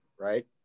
right